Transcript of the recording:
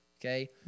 Okay